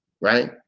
right